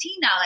now